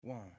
One